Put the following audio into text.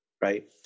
right